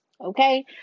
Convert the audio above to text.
Okay